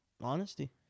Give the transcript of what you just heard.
honesty